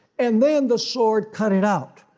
and then the sword cutting out.